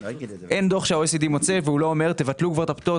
אין דו"ח שה-OECD מוציא ובו הוא לא אומר: "תבטלו את הפטור,